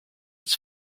its